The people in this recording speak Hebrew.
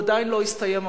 הוא עדיין לא הסתיים,